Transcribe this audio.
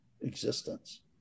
existence